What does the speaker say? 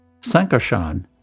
Sankarshan